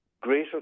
greater